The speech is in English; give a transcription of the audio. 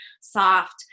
soft